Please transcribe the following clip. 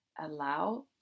allow